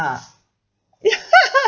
ah ya